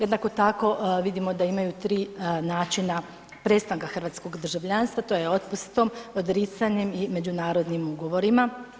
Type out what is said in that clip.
Jednako tako vidimo da imaju tri načina prestanka hrvatskog državljanstva, to je otpustom, odricanjem i međunarodnim ugovorima.